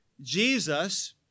Jesus